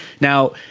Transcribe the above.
Now